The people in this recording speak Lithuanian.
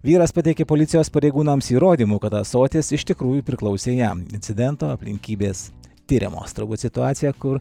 vyras pateikė policijos pareigūnams įrodymų kad ąsotis iš tikrųjų priklausė jam incidento aplinkybės tiriamos turbūt situacija kur